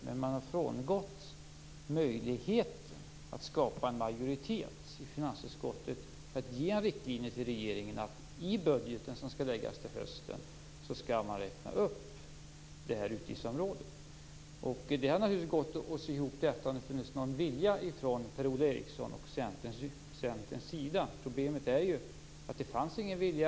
Men man har frångått möjligheten att skapa en majoritet i finansutskottet för att ge en riktlinje till regeringen att utgiftsområdet skall räknas upp i budgeten som läggs fram till hösten. Det hade naturligtvis gått att sy ihop detta om det hade funnits någon vilja från Per-Ola Erikssons och Centerns sida. Problemet är ju att det inte fanns någon vilja.